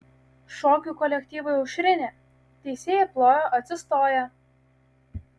šokių kolektyvui aušrinė teisėjai plojo atsistoję